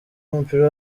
w’umupira